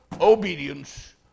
obedience